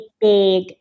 big